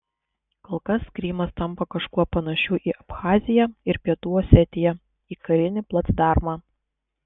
kol kas krymas tampa kažkuo panašiu į abchaziją ir pietų osetiją į karinį placdarmą